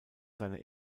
seine